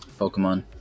Pokemon